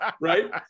right